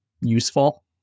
useful